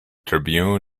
tribune